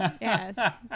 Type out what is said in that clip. yes